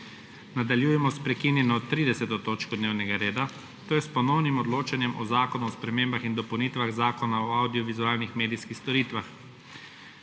**Nadaljujemo s prekinjeno 30. točko dnevnega reda − Ponovno odločanje o Zakonu o spremembah in dopolnitvah Zakona o avdiovizualnih medijskih storitvah.**